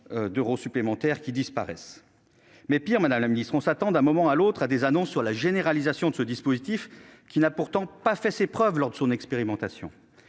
d'euros supplémentaires qui disparaissent. Pis encore, on s'attend d'un moment à l'autre à la généralisation de ce dispositif, qui n'a pourtant pas fait ses preuves lors de son expérimentation.